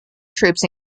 troops